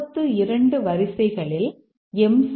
இப்போது 32 வரிசைகளில் எம்